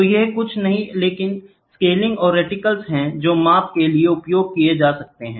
तो ये कुछ नहीं हैं लेकिन स्केलिंग और रेटिकल्स हैं जो माप के लिए उपयोग किए जाते हैं